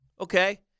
Okay